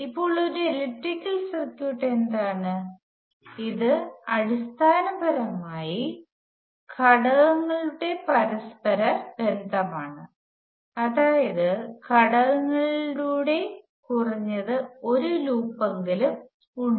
ഇപ്പോൾ ഒരു electrical circuit എന്താണ് ഇത് അടിസ്ഥാനപരമായി ഘടകങ്ങളുടെ പരസ്പരബന്ധമാണ് അതായത് ഘടകങ്ങളുടെ കുറഞ്ഞത് ഒരു ലൂപ്പെങ്കിലും ഉണ്ട്